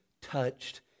touched